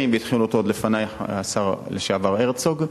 והתחיל אותו עוד לפני השר לשעבר הרצוג,